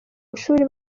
ishuri